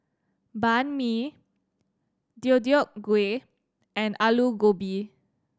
Banh Mi Deodeok Gui and Alu Gobi